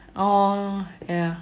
orh ya